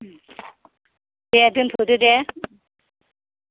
दे दोनथ'दो दे